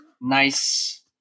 nice